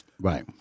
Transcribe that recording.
right